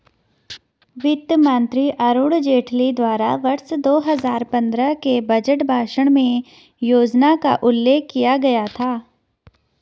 वित्त मंत्री अरुण जेटली द्वारा वर्ष दो हजार पन्द्रह के बजट भाषण में योजना का उल्लेख किया गया था